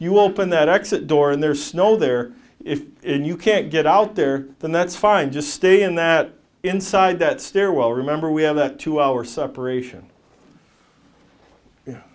you open that exit door and there's snow there if you can't get out there then that's fine just stay in that inside that stairwell remember we have that to our separation